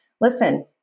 listen